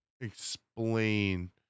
explain